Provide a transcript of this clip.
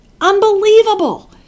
Unbelievable